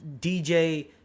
DJ